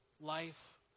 life